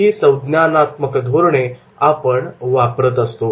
ही संज्ञानात्मक धोरणे आपण वापरत असतो